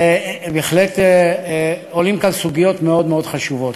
ובהחלט עולות כאן סוגיות מאוד מאוד חשובות.